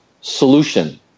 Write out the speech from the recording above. solution